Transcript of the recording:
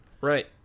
Right